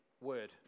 word